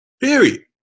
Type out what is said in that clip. Period